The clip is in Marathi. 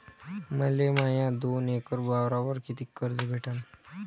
मले माया दोन एकर वावरावर कितीक कर्ज भेटन?